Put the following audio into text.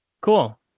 cool